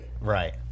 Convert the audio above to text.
Right